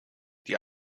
die